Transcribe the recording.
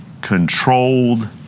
controlled